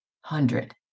hundred